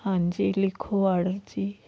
ਹਾਂਜੀ ਲਿਖੋ ਆਡਰ ਜੀ